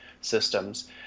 systems